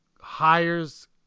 hires